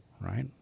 right